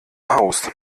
haus